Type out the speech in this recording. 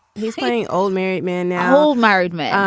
he's getting old married man now, married man.